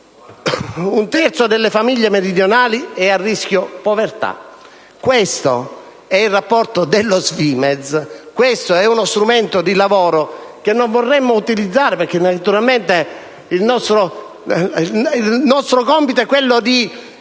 «Un terzo delle famiglie meridionali a rischio povertà». Questo è il rapporto della SVIMEZ. Questo è uno strumento di lavoro che non vorremmo utilizzare perché, naturalmente, il nostro compito è quello di